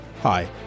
Hi